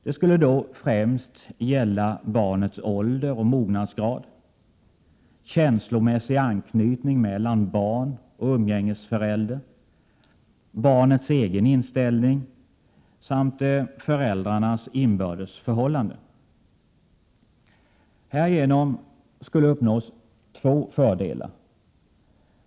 Det skulle då främst gälla barnets ålder och mognadsgrad, känslomässig anknytning mellan barn och umgängesförälder, barnets egen inställning samt föräldrarnas inbördes förhållande. Härigenom skulle två fördelar uppnås.